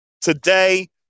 Today